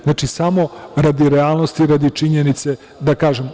Znači, samo radi realnosti i radi činjenice da kažem.